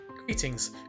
Greetings